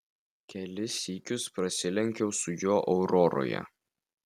kelis sykius prasilenkiau su juo auroroje